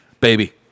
Baby